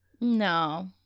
No